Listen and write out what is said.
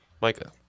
Micah